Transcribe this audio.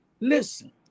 Listen